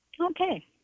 Okay